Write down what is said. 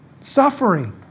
Suffering